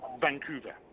Vancouver